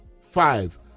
Five